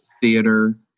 theater